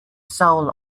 soul